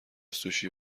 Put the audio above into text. سوشی